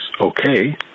okay